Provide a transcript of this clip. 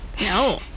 No